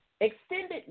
extended